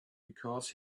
because